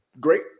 great